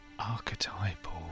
Archetypal